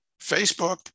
Facebook